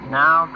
now